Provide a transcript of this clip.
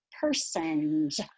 persons